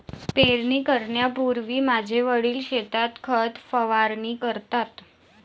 पेरणी करण्यापूर्वी माझे वडील शेतात खत फवारणी करतात